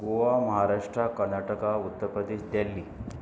Goa Maharashtra Karnataka Uttar Pradesh Delhi